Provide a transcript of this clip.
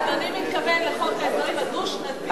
אדוני מתכוון לחוק ההסדרים הדו-שנתי?